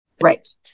Right